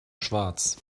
schwarz